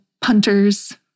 punters